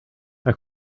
our